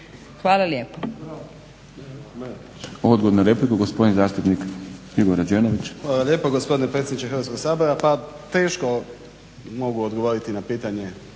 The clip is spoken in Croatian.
Hvala lijepo.